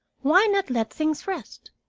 why not let things rest?